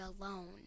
alone